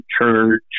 church